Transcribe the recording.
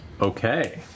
Okay